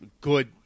good